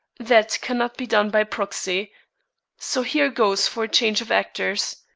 that cannot be done by proxy so here goes for a change of actors.